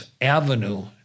avenue